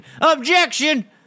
Objection